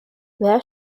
wer